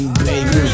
baby